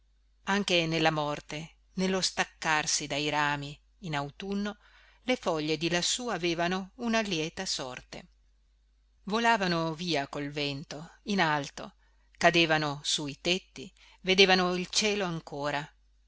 anche nella morte nello staccarsi dai rami in autunno le foglie di lassù avevano una lieta sorte volavano via col vento in alto cadevano su i tetti vedevano il cielo ancora